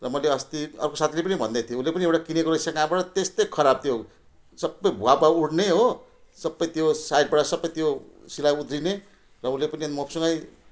र मैले अस्ति अर्को साथीले पनि भन्दै थियो उसले पनि एउटा किनेको रहेछ कहाँबाट त्यस्तै खराब त्यो सब भुवा भुवा उठ्ने हो सब त्यो साइडबाट सब त्यो सिलाइ उद्रिने र उसले पनि अनि मसँगै